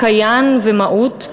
"קיאן" ו"מהות",